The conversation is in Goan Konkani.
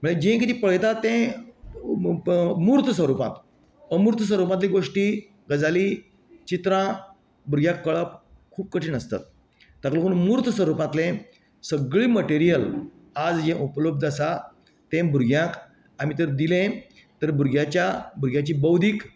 म्हळ्यार जें कितें पळयता तें मुर्त स्वरुपांत अमुर्त स्वरुपांतली गोष्टी गजाली चित्रां भुरग्याक कळप खूब कठीन आसता ताका लागून मुर्त स्वरुपांतले सगळें मटेरियल आज हे उपलब्द आसा तें भुरग्यांक आमी जर दिलें तर भुरग्यांच्या भुरग्यांची बौधीक